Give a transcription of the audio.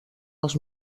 els